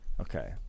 okay